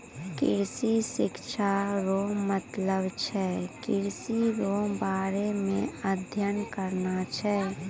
कृषि शिक्षा रो मतलब छै कृषि रो बारे मे अध्ययन करना छै